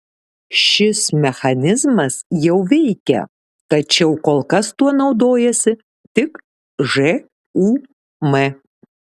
šis mechanizmas jau veikia tačiau kol kas tuo naudojasi tik žūm